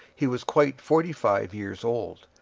he was quite forty-five years old.